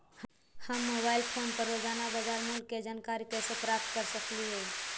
हम mobile phone पर रोजाना बाजार मूल्य के जानकारी कैसे प्राप्त कर सकली हे?